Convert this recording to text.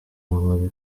muri